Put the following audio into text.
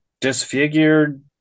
disfigured